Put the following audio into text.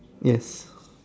yes